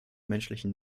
menschlichen